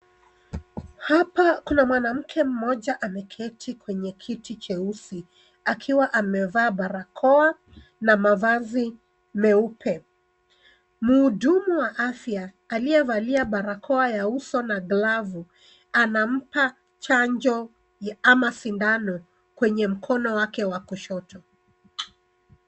Hapa kuna mwanamke mmoja ameketi kwenye kiti cheusi akiwa amevaa barakoa na mavazi meupe. Mhudumu wa afya aliyevalia barakoa ya uso na glavu anampa chanjo ama sindano kwenye mkono wake wa kushoto.